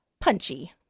punchy